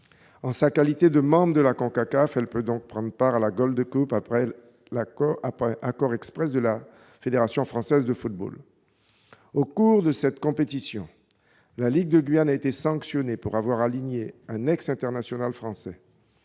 En sa qualité de membre de la CONCACAF, elle peut donc prendre part à la Gold Cup après accord express de la Fédération française de football. Au cours de cette compétition, la Ligue de la Guyane a été sanctionnée pour avoir aligné un ex-international français.